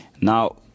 Now